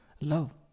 Love